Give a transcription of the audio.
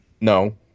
No